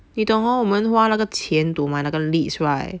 你懂 hor 我们花那个钱 to 买那个 leads right